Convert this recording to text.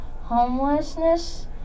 homelessness